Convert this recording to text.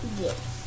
Yes